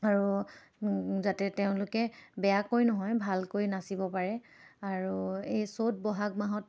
আৰু যাতে তেওঁলোকে বেয়াকৈ নহয় ভালকৈ নাচিব পাৰে আৰু এই চ'ত বহাগ মাহত